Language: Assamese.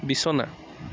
বিছনা